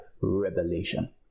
revelation